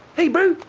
hey bro!